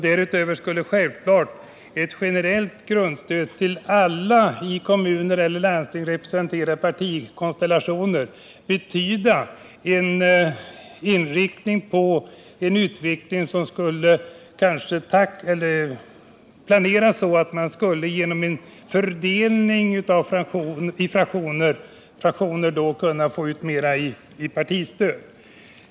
Dessutom skulle självfallet ett generellt grundstöd till alla i kommuner och landsting representerade partikonstellationer kunna medföra att man genom uppdelning i fraktioner skulle kunna få ut ett större partistöd.